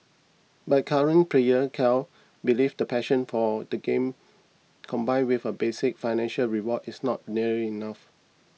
but current player Carl believes the passion for the game combined with a basic financial reward is not nearly enough